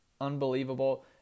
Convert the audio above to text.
Unbelievable